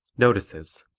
notices